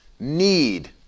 need